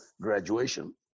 graduation